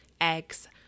eggs